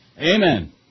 Amen